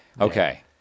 okay